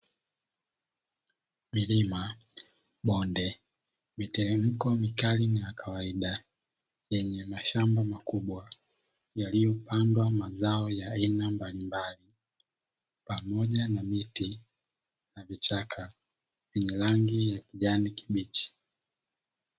Milima, bonde, miteremko mikali na ya kawaida yenye mashamba makubwa yaliyopandwa mazao ya aina mbalimbali pamoja na miti na vichaka vyenye rangi ya kijani kibichi.